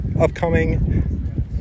upcoming